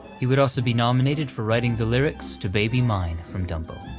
he would also be nominated for writing the lyrics to baby mine from dumbo.